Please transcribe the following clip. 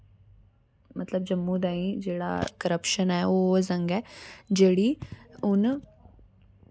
मतलब जम्मू ताईं जेह्ड़ा करप्शन ऐ ओह् जंग ऐ जेह्ड़ी हुन